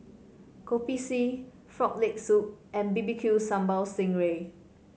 Kopi C Frog Leg Soup and B B Q Sambal Sting Ray